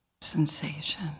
sensation